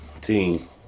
team